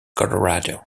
colorado